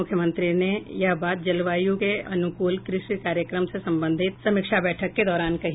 मुख्यमंत्री ने यह बात जलवायु के अनुकूल कृषि कार्यक्रम से संबंधित समीक्षा बैठक के दौरान कही